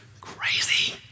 crazy